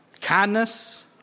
kindness